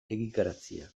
egikaritzea